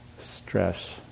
stress